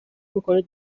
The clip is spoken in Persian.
میکنید